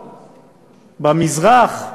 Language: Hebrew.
במזרח,